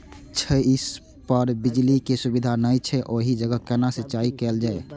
छै इस पर बिजली के सुविधा नहिं छै ओहि जगह केना सिंचाई कायल जाय?